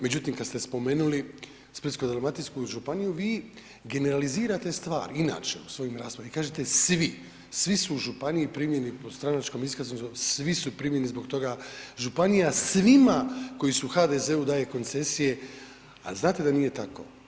Međutim, kad ste spomenuli splitsko-dalmatinsku županiju, vi generalizirate stvari inače u svojim raspravama i kažete svi, svi su u županiji primljeni po stranačkoj iskaznici, svi su primljeni zbog toga, županija svima koji su u HDZ-u daje koncesije, a znate da nije tako.